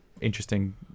Interesting